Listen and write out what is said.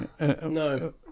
No